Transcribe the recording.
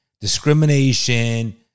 discrimination